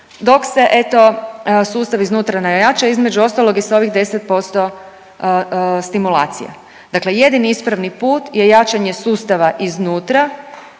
dok se eto sustav iznutra ne ojača između ostalog i sa ovih 10% stimulacije. Dakle, jedini ispravni put je jačanje sustava iznutra